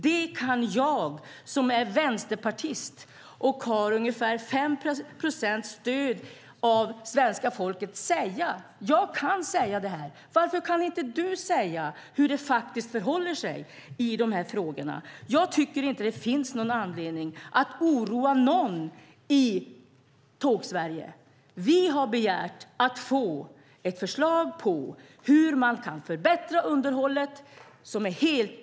Det kan jag som är vänsterpartist och har stöd av ungefär 5 procent av svenska folket säga. Jag kan säga det. Varför kan du inte säga hur det faktiskt förhåller sig med dessa frågor? Jag tycker inte att det finns anledning att oroa någon i Tågsverige. Vi har begärt att få ett förslag på hur man kan förbättra underhållet.